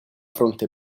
fronte